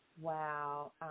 Wow